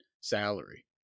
salary